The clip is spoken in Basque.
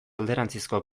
alderantzizko